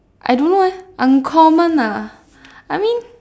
I don't know leh uncommon ah I mean